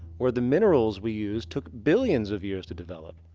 where the minerals we use took billions of years to develop.